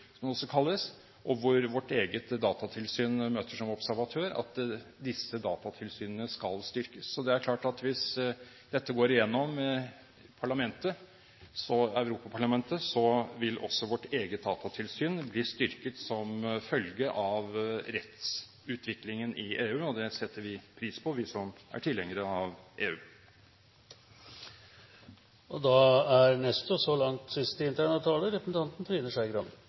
også kalles, og hvor vårt eget datatilsyn møter som observatør – skal styrkes. Det er klart at hvis dette går gjennom i Europaparlamentet, vil også vårt eget datatilsyn bli styrket som følge av rettsutviklingen i EU. Det setter vi pris på, vi som er tilhengere av EU. Min bemerkning om barn og teknologi var basert på en enstemmig formulering i utvalget som har vurdert vårt personvern, og som bl.a. representanten